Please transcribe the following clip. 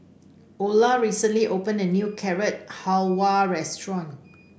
Olar recently opened a new Carrot Halwa Restaurant